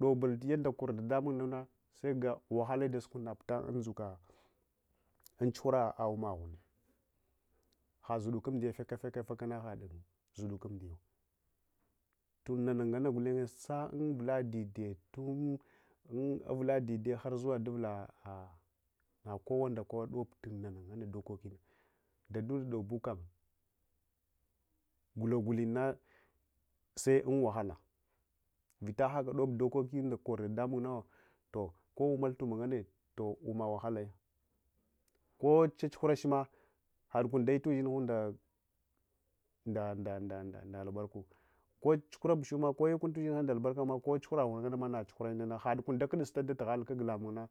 ɗobul yadda konu dadamunguna sekaga whale dasukun napapta unɗzuka tsuhura umma ghun had zudukun umdiyaveka vekawo hadzudukun umdiyawa toli nana nganna gulenye sa uvula dede harzuwa duvula kowa ndakowa nane nganne mogulna dadunde thavunin bukam guthaguthinni sewahala veta hakadob ɗokokiyunda kor dadamunuwo tokko magamagultuma nawahakya, ko dsal surachma hadkun day uɛhinhunda nda’nda albarku ko yakun eɛhinha me albarkama hadkun dakudusta dat hale akkmunna.